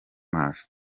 maso